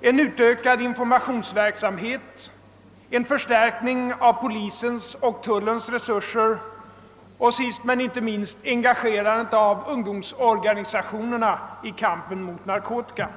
en utökad informationsverksamhet, en förstärkning av polisens och tullens resurser och sist men inte minst engagerandet av ungdomsorganisationerna i kampen mot narkotika.